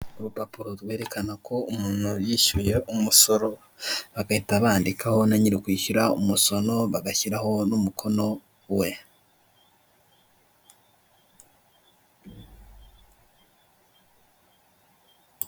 Urupapuro rwerekana ko umuntu yishyuye umusoro. Bagahita bandikaho na nyiri ukwishyura umusoro bagashyiraho n'umukono we.